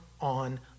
on